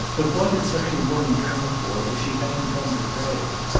but what had such a woman come for if she hadn't come to pray?